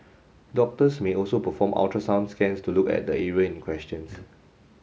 doctors may also perform ultrasound scans to look at the area in questions